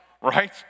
right